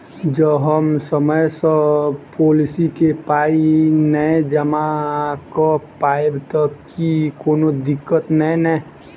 जँ हम समय सअ पोलिसी केँ पाई नै जमा कऽ पायब तऽ की कोनो दिक्कत नै नै?